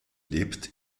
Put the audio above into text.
lebt